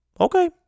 okay